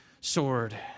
sword